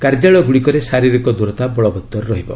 କାର୍ଯ୍ୟାଳୟ ଗୁଡ଼ିକରେ ଶାରୀରିକ ଦୂରତା ବଳବତ୍ତର ରହିବ